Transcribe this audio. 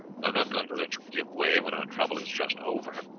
i am not going to let you give way when our trouble is just over.